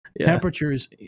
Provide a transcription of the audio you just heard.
Temperatures